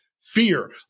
fear